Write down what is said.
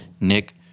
Nick